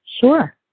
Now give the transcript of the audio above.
Sure